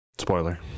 Spoiler